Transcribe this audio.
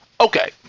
Okay